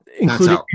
including